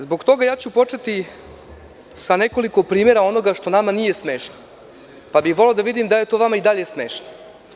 Zbog toga ću početi sa nekoliko primera onoga što nama nije smešno, pa bih voleo da vidim da li je to vama i dalje smešno.